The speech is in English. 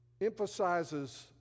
emphasizes